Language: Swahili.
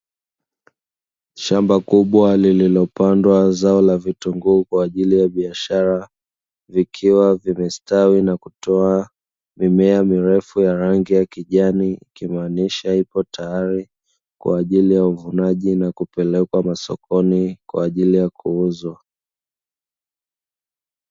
Shamba kubwa lililopandwa zao la vitunguu kwa ajili ya biashara vikiwa vimestawi na kutoa mimea mirefu ya rangi ya kijani, ikimaanisha ipo tayari kwa ajili ya uvunaji na kupelekwa masokoni kwa ajili ya kuuzwa.